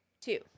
Two